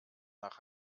nach